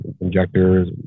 injectors